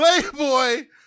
Playboy